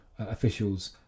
officials